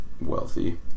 wealthy